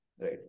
right